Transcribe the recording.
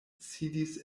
sidis